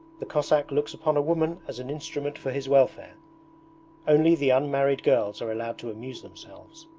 the cossack looks upon a woman as an instrument for his welfare only the unmarried girls are allowed to amuse themselves.